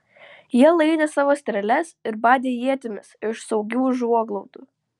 jie laidė savo strėles ir badė ietimis iš saugių užuoglaudų